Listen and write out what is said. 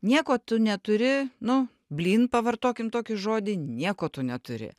nieko tu neturi nu blyn pavartokim tokį žodį nieko tu neturi